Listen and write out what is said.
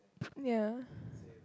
yeah